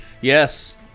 Yes